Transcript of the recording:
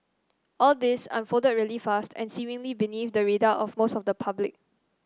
all this unfolded really fast and seemingly beneath the radar of most of the public